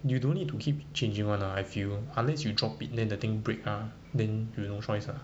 you don't need to keep changing [one] ah I feel unless you drop it then the thing break ah then you no choice ah